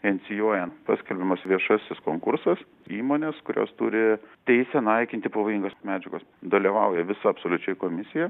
inicijuojant paskirdamas viešasis konkursas įmonės kurios turi teisę naikinti pavojingas medžiagas dalyvauja visa absoliučiai komisija